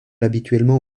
habituellement